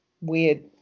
weird